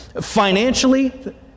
Financially